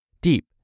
deep